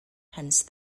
hence